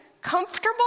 comfortable